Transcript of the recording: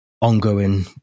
ongoing